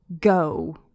go